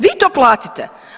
Vi to platite.